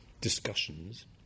discussions